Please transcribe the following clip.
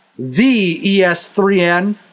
thees3n